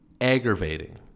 aggravating